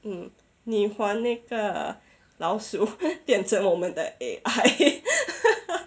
嗯你还那个老鼠变成我们的 A_I